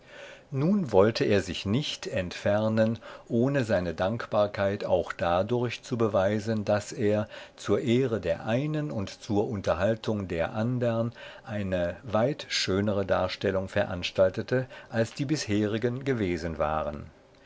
nun wollte er sich nicht entfernen ohne seine dankbarkeit auch dadurch zu beweisen daß er zur ehre der einen und zur unterhaltung der andern eine weit schönere darstellung veranstaltete als die bisherigen gewesen waren